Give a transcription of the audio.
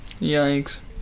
Yikes